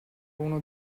uno